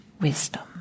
wisdom